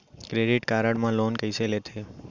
Credit card मा loan कइसे लेथे?